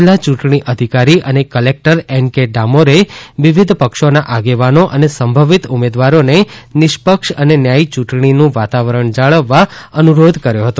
જિલ્લા યૂંટણી અધિકારી અને કલેક્ટર એન કે ડામોરે વિવિધ પક્ષોના આગેવાનો અને સંભવિત ઉમેદવારોને નિષ્પક્ષ અને ન્યાયી યૂંટણીનું વાતાવરણ જાળવવા અનુરોધ કર્યો હતો